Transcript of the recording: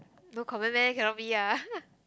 no comment meh cannot be ah